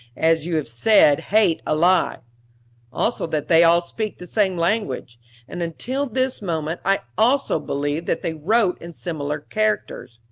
as you have said, hate a lie also that they all speak the same language and until this moment i also believed that they wrote in similar characters.